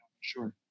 sure